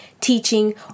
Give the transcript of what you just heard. teaching